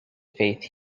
faith